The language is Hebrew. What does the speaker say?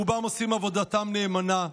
ורובם עושים עבודתם נאמנה,